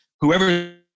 whoever